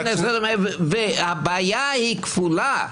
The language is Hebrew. והבעיה היא כפולה.